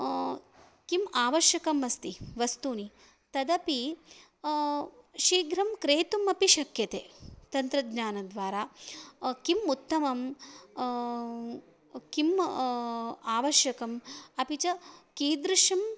किम् आवश्यकम् अस्ति वस्तूनि तदपि शीघ्रं क्रेतुम् अपि शक्यते तन्त्रज्ञानद्वारा किम् उत्तमं किम् आवश्यकम् अपि च कीदृशम्